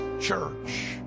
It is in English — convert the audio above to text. church